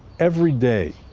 every day,